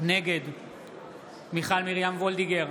נגד מיכל מרים וולדיגר,